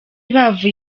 bavuye